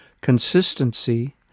Consistency